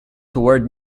toward